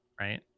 right